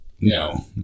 No